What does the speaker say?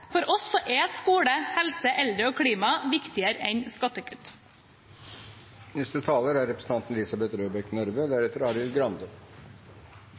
For oss er skole, helse, eldre og klima viktigere enn skattekutt.